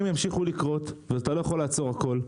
ימשיכו לקרות ואתה לא יכול לעצור הכול.